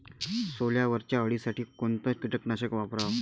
सोल्यावरच्या अळीसाठी कोनतं कीटकनाशक वापराव?